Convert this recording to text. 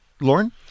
Lauren